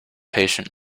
patient